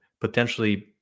potentially